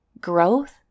growth